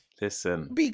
Listen